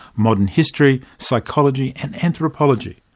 modern history, psychology and anthropology.